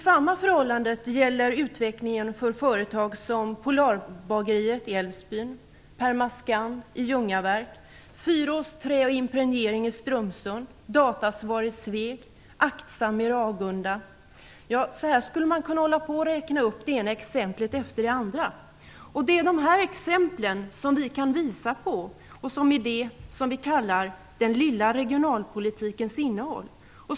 Samma förhållande gäller för utvecklingen för företag som Polar-bageriet i Älvsbyn, Perma Scand i Ljungaverk, Fyrås trä och impregnering i Strömsund, Datasvar i Sveg. och Aktsam i Ragunda. Ja, man skulle kunna hålla på att räkna upp det ena exemplet efter det andra. Det är dessa exempel som vi kan visa på och som är det som vi kallar den lilla regionalpolitikens innehåll.